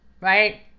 right